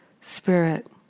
Spirit